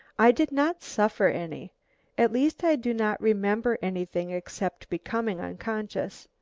i did not suffer any at least i do not remember anything except becoming unconscious.